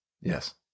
yes